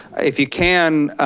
if you can,